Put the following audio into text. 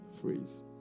phrase